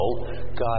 God